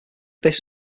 this